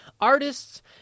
artists